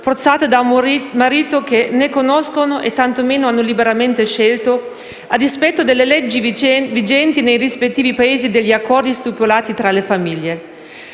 forzate da un marito che né conoscono né tantomeno hanno liberamente scelto, a dispetto delle leggi vigenti nei rispettivi Paesi e degli accordi stipulati tra le famiglie.